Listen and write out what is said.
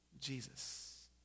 Jesus